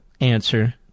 answer